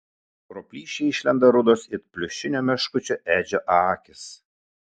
pro plyšį išlenda rudos it pliušinio meškučio edžio akys